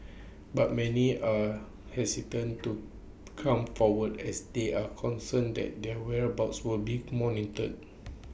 but many are hesitant to come forward as they are concerned that their whereabouts would be monitored